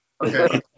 okay